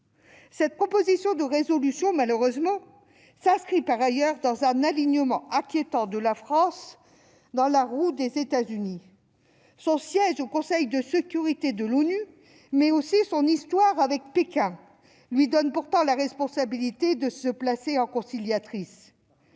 Cette proposition de résolution, malheureusement, s'inscrit par ailleurs dans un alignement inquiétant de la France dans la roue des États-Unis. Son siège au Conseil de sécurité de l'ONU mais aussi son histoire avec Pékin lui donnent pourtant la responsabilité de se placer en conciliatrice.